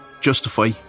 justify